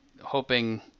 hoping